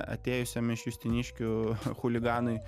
atėjusiam iš justiniškių chuliganui